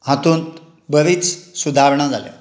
हातूंत बरींच सुदारणां जाल्या